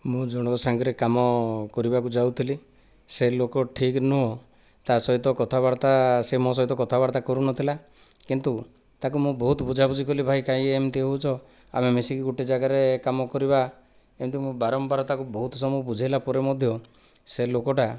ମୁଁ ଜଣଙ୍କ ସାଙ୍ଗରେ କାମ କରିବାକୁ ଯାଉଥିଲି ସେ ଲୋକ ଠିକ୍ ନୁହଁ ତା' ସହିତ କଥାବାର୍ତ୍ତା ସେ ମୋ ସହିତ କଥାବାର୍ତ୍ତା କରୁନଥିଲା କିନ୍ତୁ ତାକୁ ମୁଁ ବହୁତ୍ ବୁଝାବୁଝି କଲି ଭାଇ କାଇଁ ଏମିତି ହେଉଛ ଆମେ ମିଶିକି ଗୋଟିଏ ଜାଗାରେ କାମ କରିବା ଏମିତି ମୁଁ ବାରମ୍ବାର ତାକୁ ବହୁତ୍ ସମୟ ବୁଝେଇଲା ପରେ ମଧ୍ୟ ସେ ଲୋକଟା